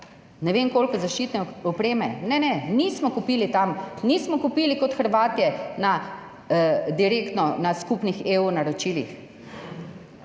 ne vem koliko zaščitne opreme. Ne, ne, nismo kupili tam, nismo kupili kot Hrvatje direktno na skupnih naročilih